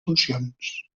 funcions